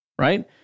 right